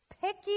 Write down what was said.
Picky